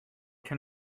can